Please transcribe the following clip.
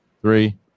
three